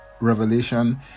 revelation